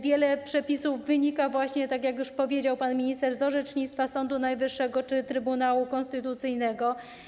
Wiele przepisów wynika, tak jak już powiedział pan minister, z orzecznictwa Sądu Najwyższego czy Trybunału Konstytucyjnego.